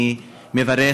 אני מברך,